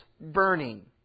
burning